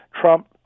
Trump